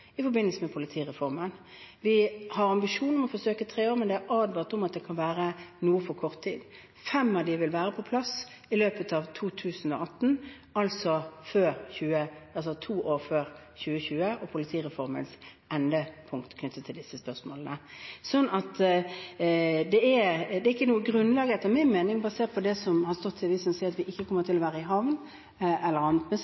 i forbindelse med politireformen. Vi har ambisjon om å forsøke tre år, men det er advart om at det kan være noe for kort tid. Fem av dem vil være på plass i løpet av 2018, altså to år før 2020 og politireformens endepunkt knyttet til disse spørsmålene. Så det er ikke noe grunnlag etter min mening for det som har stått om at vi ikke kommer